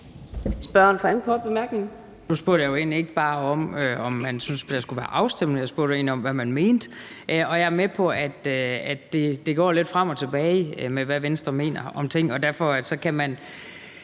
jo egentlig ikke bare om, om man syntes, at der skulle være afstemning. Jeg spurgte egentlig om, hvad man mente. Jeg er med på, at det går lidt frem og tilbage med, hvad Venstre mener om ting, og derfor er det